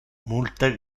multe